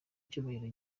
icyubahiro